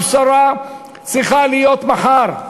הבשורה צריכה להיות מחר.